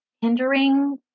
hindering